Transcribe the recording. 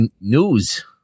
news